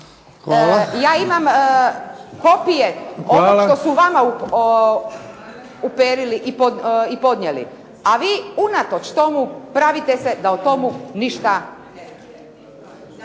(SDP)** Onog što su vama uperili i podnijeli, a vi unatoč tomu pravite se da o tomu ništa ne